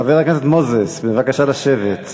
חבר הכנסת מוזס, בבקשה לשבת.